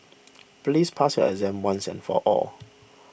please pass your exam once and for all